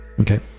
Okay